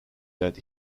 that